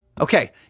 Okay